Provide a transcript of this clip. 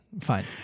Fine